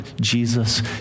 Jesus